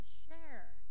share